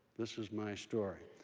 this was my story.